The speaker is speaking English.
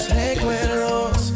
recuerdos